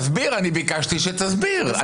תסביר, אני ביקשתי שתסביר.